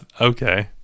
Okay